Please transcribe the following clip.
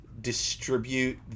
distribute